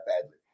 badly